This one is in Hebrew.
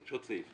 יש עוד סעיף.